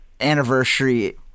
anniversary